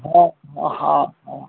हँ हँ हँ